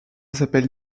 s’appelle